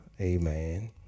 amen